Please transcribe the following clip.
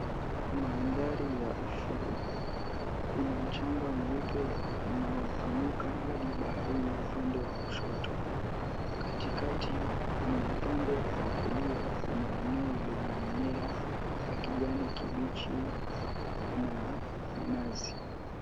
Maandhari ya ufuo kuna mchanga mweupe unaopanuka hadi baharini upande wa kushoto. Katikati na upande wa kulia kuna eneo lenye mimea ya kijani kibichi na minazi.